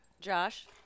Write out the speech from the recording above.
Josh